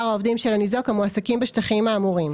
העובדים של הניזוק המועסקים בשטחים האמורים,